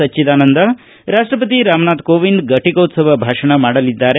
ಸಚ್ದದಾನಂದ ರಾಷ್ಷಪತಿ ರಾಮನಾಥ್ ಕೋವಿಂದ್ ಫಟಿಕೋತವ ಭಾಷಣ ಮಾಡಲಿದ್ದಾರೆ